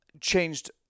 changed